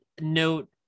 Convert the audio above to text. note